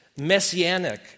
messianic